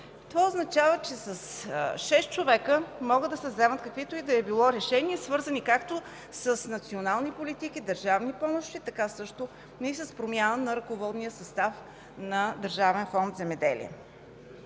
Това означава, че с шест човека могат да се вземат каквито и да било решения, свързани както с национални политики, държавни помощи, така също и с промяна на ръководния съвет на Държавен фонд „Земеделие”.